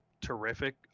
terrific